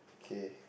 okay